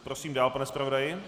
Prosím dál, pane zpravodaji.